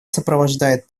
сопровождает